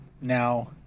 Now